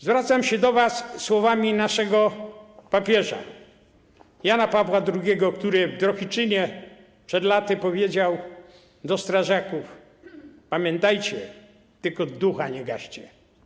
Zwracam się do was słowami naszego papieża Jana Pawła II, który w Drohiczynie przed laty powiedział do strażaków: Pamiętajcie, tylko ducha nie gaście.